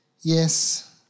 Yes